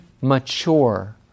mature